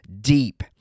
deep